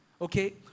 Okay